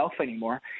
anymore